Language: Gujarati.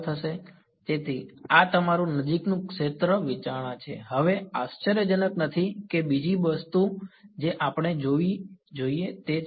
તેથી આ તમારું નજીકનું ક્ષેત્ર વિચારણા છે હવે આશ્ચર્યજનક નથી કે બીજી વસ્તુ જે આપણે જોવી જોઈએ તે છે